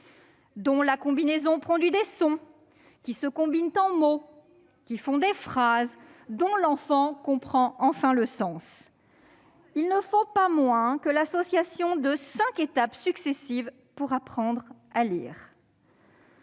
dont la combinaison produit des sons, qui se combinent en mots. Ces mots font ensuite des phrases, dont l'enfant comprend enfin le sens. Il ne faut pas moins que l'association de cinq étapes successives pour apprendre à lire.